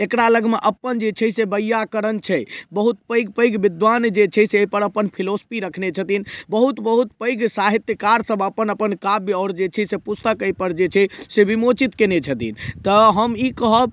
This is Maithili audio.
एकरा लगमे अपन जे छै से व्याकरण छै बहुत पैघ पैघ विद्वान जे छै से अइपर अपन फिलोसफी रखने छथिन बहुत बहुत पैघ साहित्यकार सब अपन अपन काव्य आओर जे छै से पुस्तक अइपर जे छै से विमोचित कयने छथिन तऽ हम ई कहब